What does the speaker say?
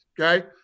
okay